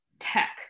tech